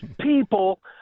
people